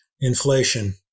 inflation